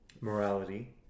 morality